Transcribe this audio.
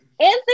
Anthony